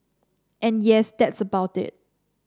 and yes that's about it